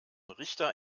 richter